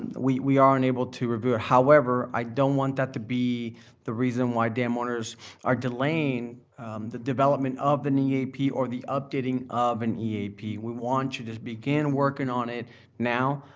and we we are unable to review it. however, i don't want that to be the reason why dam owners are delaying the development of an eap, or the updating of an eap. we want you to begin working on it now.